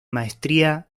maestría